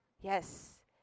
Yes